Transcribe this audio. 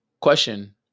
Question